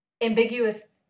ambiguous